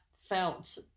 felt